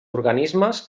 organismes